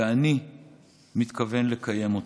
ואני מתכוון לקיים אותו.